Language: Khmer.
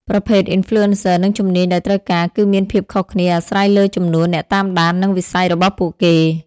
ប្រភេទ Influencer និងជំនាញដែលត្រូវការ គឺមានភាពខុសគ្នាអាស្រ័យលើចំនួនអ្នកតាមដាន និងវិស័យរបស់ពួកគេ។